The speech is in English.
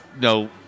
no